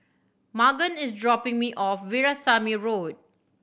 Magan is dropping me off Veerasamy Road